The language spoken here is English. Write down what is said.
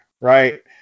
Right